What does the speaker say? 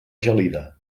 gelida